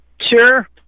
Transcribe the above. sure